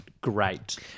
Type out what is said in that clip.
great